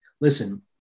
listen